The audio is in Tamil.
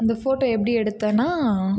அந்த ஃபோட்டோ எப்படி எடுத்தேன்னால்